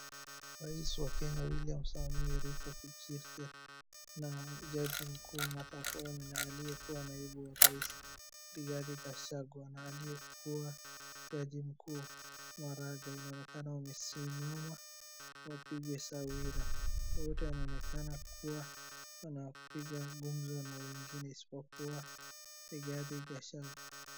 Rais wa kenya William Samoe Ruto Kipchirchir na Jaji mkuu Martha Koome na aliyekuwa naibu wa rais Rigathe Gachagua na aliyekuwa jaji mkuu Maraga. Inaonekana wamesimama[?] wote wanaonekana kuwa wnapiga gumzo na wengine isipokuwa Rigathe Gachagua.